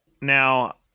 Now